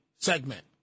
Segment